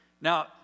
Now